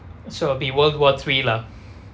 so I'll be world war three lah